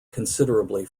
considerably